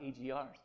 EGRs